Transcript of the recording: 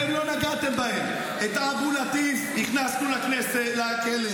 אתם לא נגעתם בהם, את אבו לטיף הכנסנו לכלא.